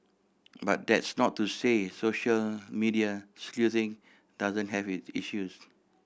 but that's not to say social media sleuthing doesn't have it issues